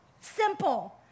simple